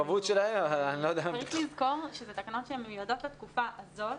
צריך לזכור שזה תקנות שמיועדות לתקופה הזאת,